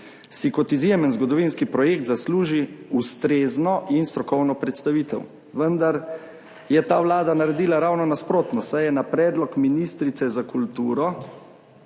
si kot izjemen zgodovinski projekt zasluži ustrezno in strokovno predstavitev, vendar je ta vlada naredila ravno nasprotno, saj je na predlog ministrice za kulturo